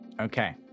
okay